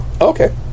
Okay